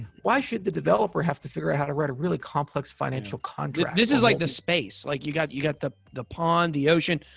why should the developer have to figure out how to write a really complex financial contract? this is like the space. like you got you got the the pond, the ocean,